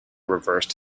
reversed